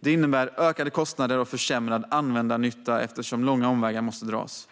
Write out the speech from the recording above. Det innebär ökade kostnader och försämrad användarnytta, eftersom långa omvägar måste dras.